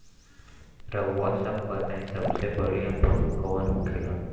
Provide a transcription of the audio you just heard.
रउआ सभ बताई सबसे बढ़ियां पशु कवन होखेला?